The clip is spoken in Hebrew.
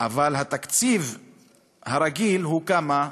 אבל התקציב הרגיל הוא כמה?